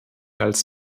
als